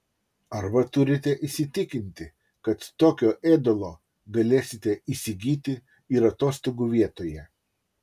arba turite įsitikinti kad tokio ėdalo galėsite įsigyti ir atostogų vietoje